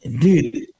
Dude